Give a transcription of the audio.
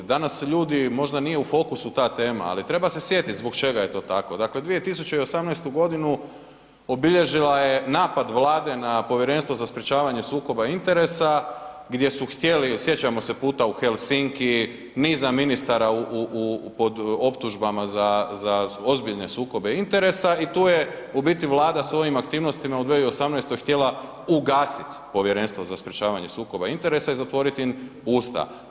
Danas ljudi, možda nije u fokusu ta tema, ali treba se sjetiti zbog čega je to tako, dakle 2018.godinu obilježila je napad Vlade na Povjerenstvo za sprečavanje sukoba interesa gdje su htjeli, sjećamo se puta u Helsinki, niza ministara pod optužbama za ozbiljne sukobe interesa i tu je u biti Vlada svojim aktivnostima u 2018.htjela ugasit Povjerenstvo za sprečavanje sukoba interesa i zatvoriti im usta.